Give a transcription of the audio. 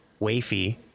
wafy